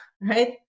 right